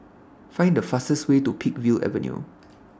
Find The fastest Way to Peakville Avenue